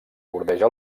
bordeja